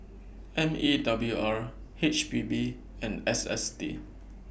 M E W R H P B and S S T